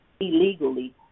illegally